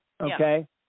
okay